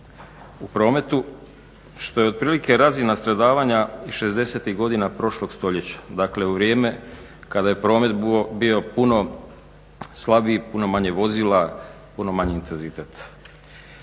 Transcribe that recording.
u prometu što je otprilike razina stradavanja šezdesetih godina prošlog stoljeća, dakle u vrijeme kada je promet bio puno slabiji, puno manje vozila, puno manji intenzitet.